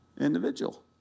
individual